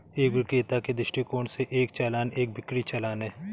एक विक्रेता के दृष्टिकोण से, एक चालान एक बिक्री चालान है